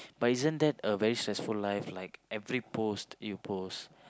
but isn't that a very stressful life like every post you post